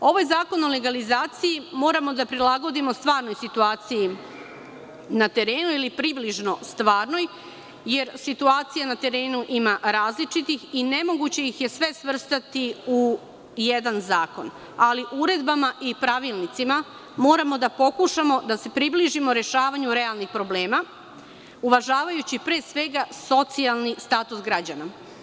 Ovaj zakon o legalizaciji moramo da prilagodimo stvarnoj situaciji na terenu ili približno stvarnoj, jer situacija na terenu ima različitih i nemoguće ih je sve svrstati u jedan zakon, ali uredbama i pravilnicima moramo da pokušamo da se približimo rešavanju realnih problema, uvažavajući pre svega socijalni status građana.